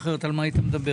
אחרת על מה היית מדבר?